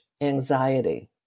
anxiety